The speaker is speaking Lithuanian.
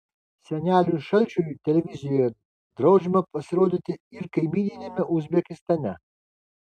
seneliui šalčiui televizijoje draudžiama pasirodyti ir kaimyniniame uzbekistane